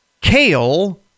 Kale